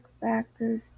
factors